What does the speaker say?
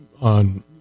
on